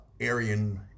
Aryan